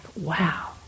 wow